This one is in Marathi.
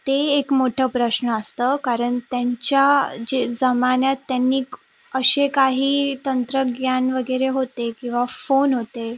ते एक मोठं प्रश्न असतं कारण त्यांच्या जे जमान्यात त्यांनी असे काही तंत्रज्ञान वगैरे होते किंवा फोन होते